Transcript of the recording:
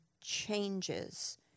changes